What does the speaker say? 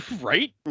Right